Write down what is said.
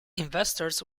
investors